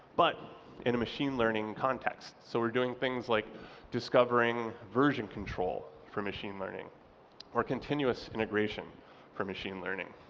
but in a machine learning context. so we're doing things like discovering version control for machine learning or continuous integration for machine learning.